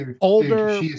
older